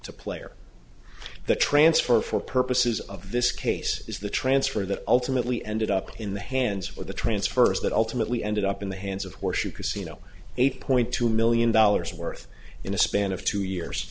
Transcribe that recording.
to player the transfer for purposes of this case is the transfer that ultimately ended up in the hands or the transfers that ultimately ended up in the hands of horseshoe casino eight point two million dollars worth in a span of two years